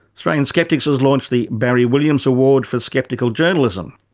australian skeptics has launched the barry williams award for skeptical journalism.